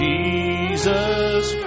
Jesus